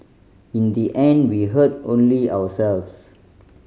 in the end we hurt only ourselves